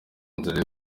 nzira